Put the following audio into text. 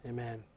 Amen